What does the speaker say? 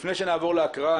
לפני שנעבור להקראה,